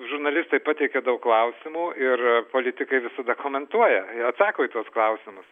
žurnalistai pateikia daug klausimų ir politikai visada komentuoja atsako į tuos klausimus